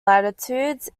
latitudes